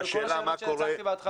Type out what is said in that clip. אלה כל השאלות שהצגתי בהתחלה.